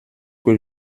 que